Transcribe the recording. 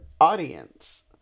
audience